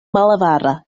malavara